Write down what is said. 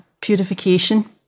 purification